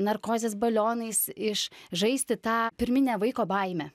narkozės balionais iš žaisti tą pirminę vaiko baimę